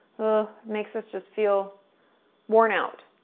ah makes us just feel worn out.